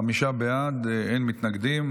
חמישה בעד, אין מתנגדים.